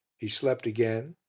he slept again,